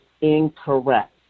incorrect